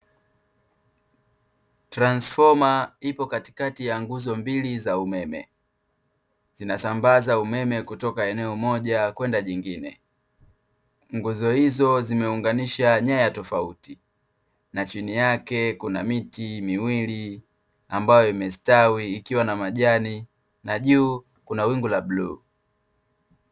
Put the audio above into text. Transfoma ipo katikati ya nguzo mbili za umeme. Zinasambaza umeme kutoka eneo moja kwenda jingine. Nguzo hizo zimeunganisha nyaya tofauti, na chini yake kuna miti miwili ambayo imestawi ikiwa na majani na juu kuna wingu la bluu.